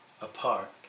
apart